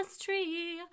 tree